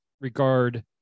regard